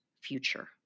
future